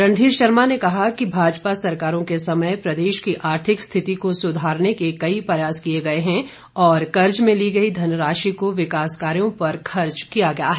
रणधीर शर्मा ने कहा कि भाजपा सरकारों के समय प्रदेश की आर्थिक स्थिति को सुधारने के कई प्रयास गए हैं और कर्ज में ली गई धनराशि को विकास कार्यों पर खर्च किया गया है